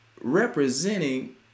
representing